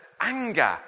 anger